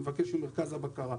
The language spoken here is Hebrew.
ומבקש ממרכז הבקרה.